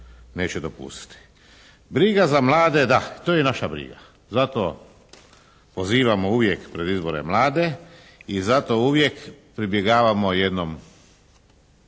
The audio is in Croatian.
neće dopustiti. Briga za mlade, da, to je naša briga. Zato pozivam uvijek pred izbore mlade i zato uvijek pribjegavamo jednom